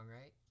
right